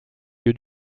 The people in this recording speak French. lieu